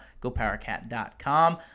gopowercat.com